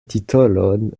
titolon